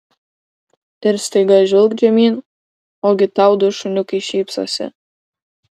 ir staiga žvilgt žemyn ogi tau du šuniukai šypsosi